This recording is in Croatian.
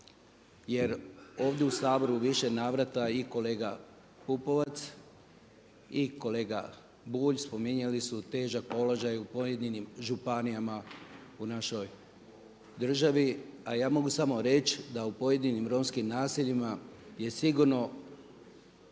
Jer ovdje u Saboru u više navrata i kolega Pupovac i kolega Bulj spominjali su težak položaj u pojedinim županijama u našoj državi. A ja mogu samo reći da u pojedinim romskim naseljima je sigurno